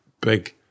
big